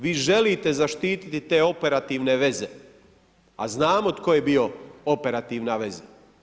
Vi želite zaštititi te operativne veze, a znamo tko je bio operativna veza.